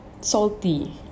salty